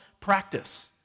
practice